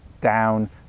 down